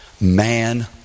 man